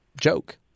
joke